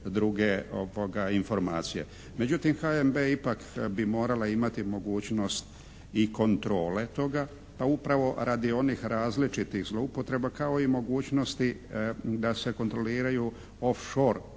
druge informacije. Međutim HNB ipak bi morala imati mogućnost i kontrole toga, a upravo radi onih različitih zloupotreba kao i mogućnosti da se kontroliraju off shore kompanija